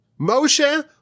Moshe